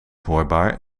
hoorbaar